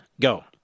Go